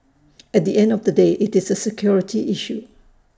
at the end of the day IT is A security issue